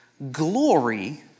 Glory